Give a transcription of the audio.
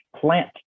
plant